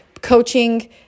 coaching